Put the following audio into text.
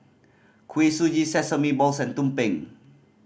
Kuih Suji sesame balls and tumpeng